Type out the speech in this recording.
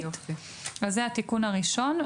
זה התיקון הראשון.